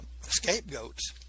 scapegoats